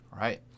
right